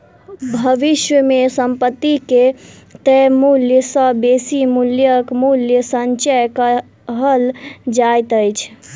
भविष्य मे संपत्ति के तय मूल्य सॅ बेसी मूल्यक मूल्य संचय कहल जाइत अछि